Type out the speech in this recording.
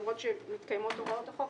למרות שמתקיימות הוראות החוק,